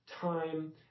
time